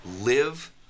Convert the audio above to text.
live